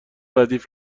ردیف